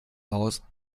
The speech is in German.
aus